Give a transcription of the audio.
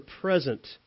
present